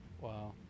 wow